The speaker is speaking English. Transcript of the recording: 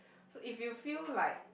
so if you feel like